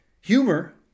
Humor